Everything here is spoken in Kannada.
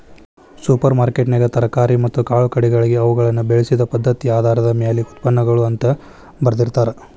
ಸೂಪರ್ ಮಾರ್ಕೆಟ್ನ್ಯಾಗ ತರಕಾರಿ ಮತ್ತ ಕಾಳುಕಡಿಗಳಿಗೆ ಅವುಗಳನ್ನ ಬೆಳಿಸಿದ ಪದ್ಧತಿಆಧಾರದ ಮ್ಯಾಲೆ ಉತ್ಪನ್ನಗಳು ಅಂತ ಬರ್ದಿರ್ತಾರ